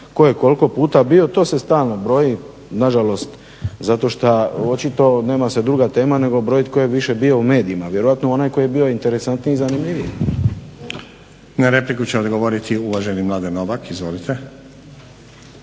tko je koliko puta bio, to se stalno broji, nažalost zato što očito nema se druga tema nego brojiti tko je više bio u medijima, vjerojatno onaj tko je bio interesantniji i zanimljiviji. **Stazić, Nenad (SDP)** Na repliku će odgovoriti uvaženi Mladen Novak. Izvolite.